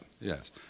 yes